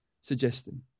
suggesting